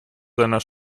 seiner